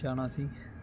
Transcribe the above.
ਜਾਣਾ ਸੀ